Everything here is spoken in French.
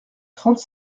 trente